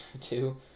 two